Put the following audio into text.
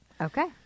Okay